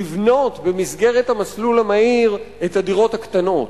לבנות במסגרת המסלול המהיר את הדירות הקטנות,